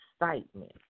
excitement